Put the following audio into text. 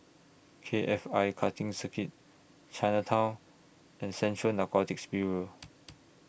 K F I Karting Circuit Chinatown and Central Narcotics Bureau